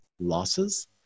losses